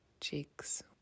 cheeks